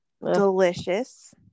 delicious